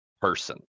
person